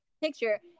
picture